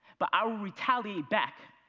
but i would retaliate back.